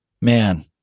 man